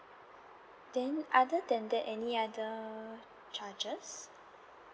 then other than that any other chargers